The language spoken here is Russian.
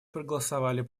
проголосовали